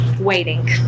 waiting